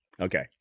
Okay